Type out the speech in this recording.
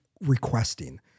requesting